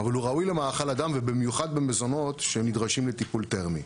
אבל הוא ראוי למאכל אדם ובמיוחד במזונות שנדרשים לטיפול תרמי.